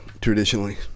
Traditionally